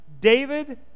David